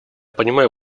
понимаю